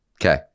Okay